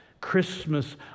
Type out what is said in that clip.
Christmas